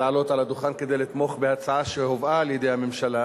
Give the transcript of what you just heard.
לעלות על הדוכן כדי לתמוך בהצעה שהובאה על-ידי הממשלה,